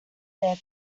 there